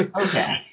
Okay